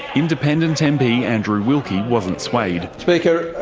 independent mp andrew wilkie wasn't swayed. speaker,